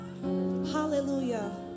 Hallelujah